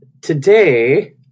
today